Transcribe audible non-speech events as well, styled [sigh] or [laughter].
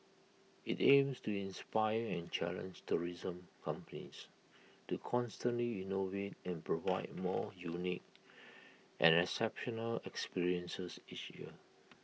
IT aims to inspire and challenge tourism companies to constantly innovate and provide more unique and [noise] exceptional experiences each year